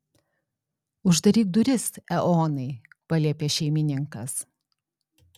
uždaryk duris eonai paliepė šeimininkas